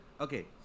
Okay